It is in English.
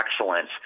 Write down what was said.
excellence